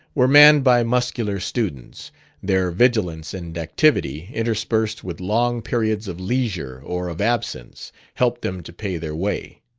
were manned by muscular students their vigilance and activity, interspersed with long periods of leisure or of absence, helped them to pay their way.